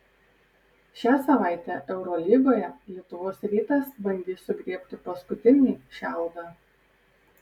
šią savaitę eurolygoje lietuvos rytas bandys sugriebti paskutinį šiaudą